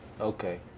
Okay